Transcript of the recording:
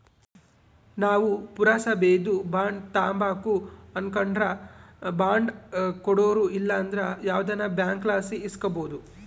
ನಾವು ಪುರಸಬೇದು ಬಾಂಡ್ ತಾಂಬಕು ಅನಕಂಡ್ರ ಬಾಂಡ್ ಕೊಡೋರು ಇಲ್ಲಂದ್ರ ಯಾವ್ದನ ಬ್ಯಾಂಕ್ಲಾಸಿ ಇಸ್ಕಬೋದು